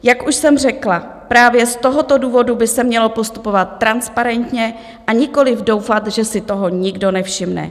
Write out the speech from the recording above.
Jak už jsem řekla, právě z tohoto důvodu by se mělo postupovat transparentně, a nikoliv doufat, že si toho nikdo nevšimne.